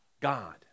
God